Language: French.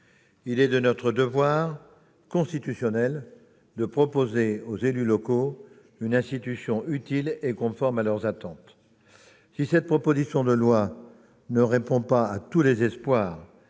Il est de notre devoir constitutionnel de proposer aux élus locaux une institution utile et conforme à leurs attentes. Si cette proposition de loi ne répond pas à tous les espoirs,